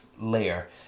layer